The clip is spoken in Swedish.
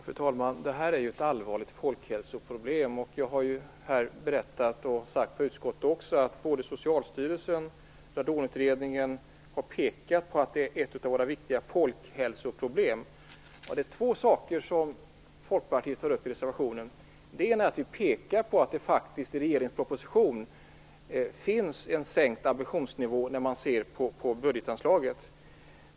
Fru talman! Det här är ett allvarligt folkhälsoproblem. Jag har berättat, både här och i utskottet, att både Socialstyrelsen och Radonutredningen har pekat på det här som ett av våra viktiga folkhälsoproblem. Folkpartiet tar upp två saker i sin reservation. Det ena är att vi pekar på att det faktiskt finns en sänkt ambitionsnivå i regeringens proposition när man ser på budgetanslaget.